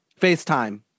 FaceTime